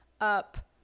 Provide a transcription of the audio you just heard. up